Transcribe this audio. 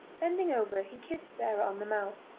bending over he kissed sarah on the mouth,